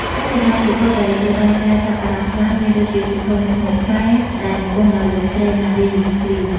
ក្នុងចំណោមសៀវភៅដែលទទួលបានការចាប់អារម្មណ៍ខ្លាំង មានដូចជា សៀវភៅមុខម្ហូបខ្មែរ ដែលនិពន្ធដោយលោកស្រី ណារី លី។